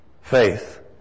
Faith